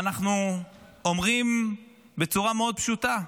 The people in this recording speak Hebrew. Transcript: ואנחנו אומרים בצורה מאוד פשוטה: